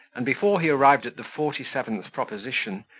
and before he arrived at the forty-seventh proposition,